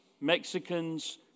Mexicans